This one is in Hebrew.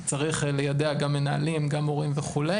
צריך ליידע גם מנהלים גם הורים וכו',